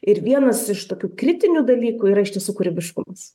ir vienas iš tokių kritinių dalykų yra iš tiesų kūrybiškumas